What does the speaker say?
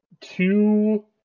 two